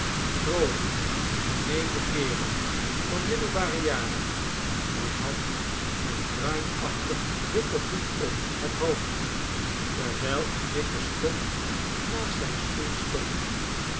grove gemeene kerel van middelbare jaren hij had een bruinachtig witten hoed op het hoofd terwijl een dikke stok naast zijn stoel stond